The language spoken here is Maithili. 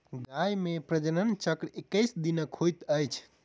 गाय मे प्रजनन चक्र एक्कैस दिनक होइत अछि